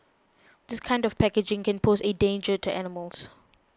this kind of packaging can pose a danger to animals